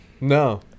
no